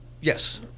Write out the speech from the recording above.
Yes